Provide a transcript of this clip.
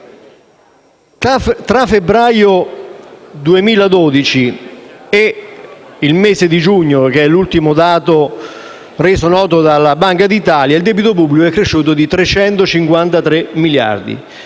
di febbraio del 2012 e lo scorso mese di giugno, che è l'ultimo dato reso noto dalla Banca d'Italia, il debito pubblico è cresciuto di 353 miliardi.